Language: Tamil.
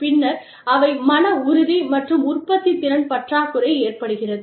பின்னர் அவை மன உறுதி மற்றும் உற்பத்தித்திறன் பற்றாக்குறை ஏற்படுகிறது